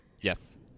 Yes